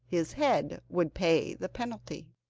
his head would pay the penalty.